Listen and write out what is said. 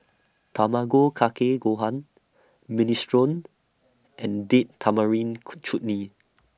Tamago Kake Gohan Minestrone and Date Tamarind Chutney